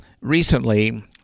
recently